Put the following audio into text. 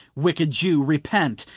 wicked jew repent,